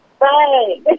right